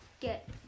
get